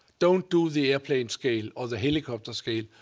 don't do the airplane scale or the helicopter scale.